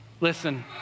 Listen